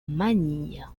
manille